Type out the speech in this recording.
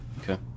Okay